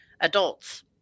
adults